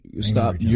Stop